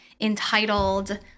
entitled